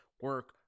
Work